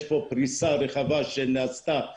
יש פה פריסה רחבה שנעשתה בחיפה.